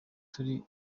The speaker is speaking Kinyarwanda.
turi